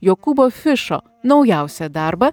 jokūbo fišo naujausią darbą